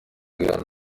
ghana